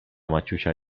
maciusia